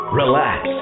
relax